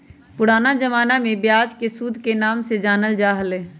पुराना जमाना में ब्याज के सूद के नाम से जानल जा हलय